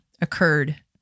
occurred